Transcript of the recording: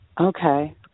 Okay